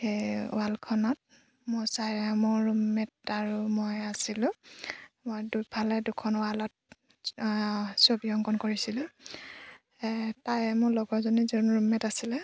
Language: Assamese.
সেই ৱালখনত মোৰ চা মোৰ ৰুমমে'ট আৰু মই আছিলোঁ মই দুফালে দুখন ৱালত ছবি অংকন কৰিছিলোঁ তাই মোৰ লগৰজনীৰ যোন ৰুমমে'ট আছিলে